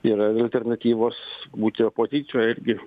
yra alternatyvos būti opozicijoj ir